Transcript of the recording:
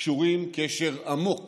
קשורים בקשר עמוק